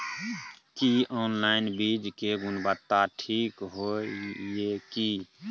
की online बीज के गुणवत्ता ठीक होय ये की?